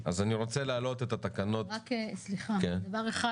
רק דבר אחד,